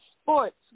Sports